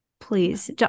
Please